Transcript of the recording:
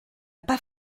pas